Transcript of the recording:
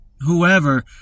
whoever